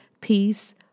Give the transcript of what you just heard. peace